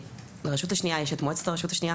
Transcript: לרשות השנייה יש את מועצת הרשות השנייה